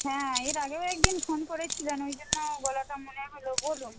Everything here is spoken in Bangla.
হ্যাঁ এর আগেও একদিন ফোন করেছিলেন ওই জন্য গলাটা মনে হল বলুন